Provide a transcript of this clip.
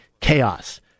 chaos